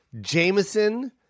Jameson